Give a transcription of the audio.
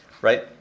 right